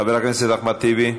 חבר הכנסת אחמד טיבי.